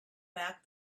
back